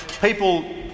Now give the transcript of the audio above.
people